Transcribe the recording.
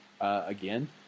again